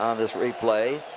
um this replay.